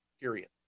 period